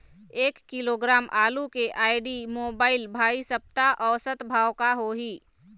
एक किलोग्राम आलू के आईडी, मोबाइल, भाई सप्ता औसत भाव का होही?